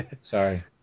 Sorry